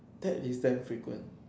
that is damn frequent